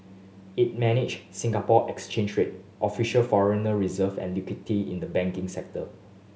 it manage Singapore Exchange rate official foreigner reserve and liquidity in the banking sector